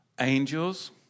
Angels